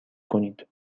کنید